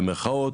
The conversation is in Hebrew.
במירכאות,